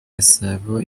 gasaro